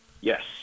Yes